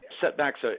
setbacks